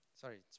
Sorry